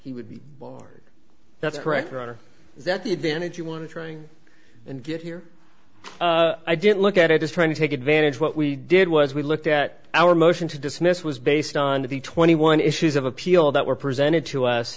he would be that's correct your honor is that the advantage you want to trying and get here i didn't look at it as trying to take advantage what we did was we looked at our motion to dismiss was based on the twenty one issues of appeal that were presented to us